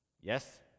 Yes